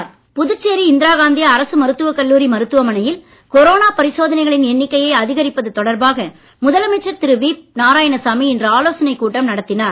நாராயணசாமி புதுச்சேரி இந்திராகாந்தி அரசு மருத்துவக் கல்லூரி மருத்துவமனையில் கொரோனா பரிசோதனைகளின் எண்ணிக்கையை அதிகரிப்பது தொடர்பாக முதலமைச்சர் திரு வி நாராயணசாமி இன்று ஆலோசனைக் கூட்டம் நடத்தினார்